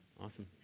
Awesome